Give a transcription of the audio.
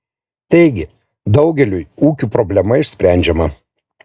taigi daugeliui ūkių problema išsprendžiama